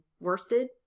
worsted